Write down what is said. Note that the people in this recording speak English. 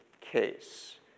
case